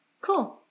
cool